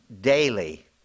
daily